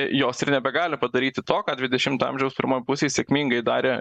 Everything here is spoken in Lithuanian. jos ir nebegali padaryti to ką dvidešimto amžiaus pirmoj pusėj sėkmingai darė